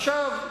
עכשיו,